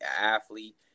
athlete